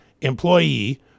employee